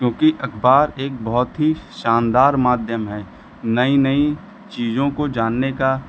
क्योंकि अखबार एक बहुत ही शानदार माध्यम है नई नई चीज़ों को जानने का